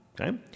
Okay